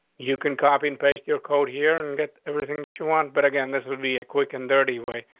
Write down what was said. you can copy and paste your code here and get everything that you want, but again, this will be a quick and dirty way.